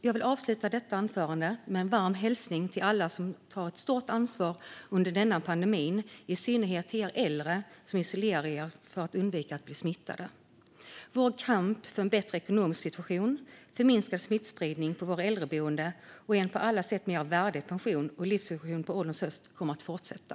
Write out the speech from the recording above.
Jag vill avsluta detta anförande med en varm hälsning till alla som tar ett stort ansvar under denna pandemi, i synnerhet till er äldre som isolerar er för att undvika att bli smittade. Vår kamp för en bättre ekonomisk situation, minskad smittspridning på våra äldreboenden och en på alla sätt mer värdig pension och livssituation på ålderns höst kommer att fortsätta.